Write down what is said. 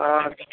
आओर